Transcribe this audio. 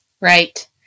Right